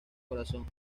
corazón